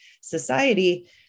society